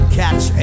catch